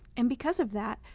and because of that,